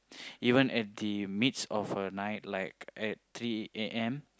even at the midst of the night at the A_M